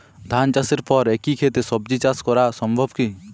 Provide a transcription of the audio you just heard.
ধান চাষের পর একই ক্ষেতে সবজি চাষ করা সম্ভব কি?